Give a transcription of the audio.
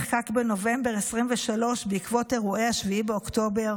נחקק בנובמבר 2023 בעקבות אירועי 7 באוקטובר